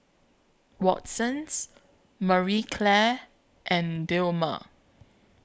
Watsons Marie Claire and Dilmah